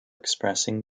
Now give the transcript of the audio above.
expressing